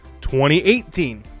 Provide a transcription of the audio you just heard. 2018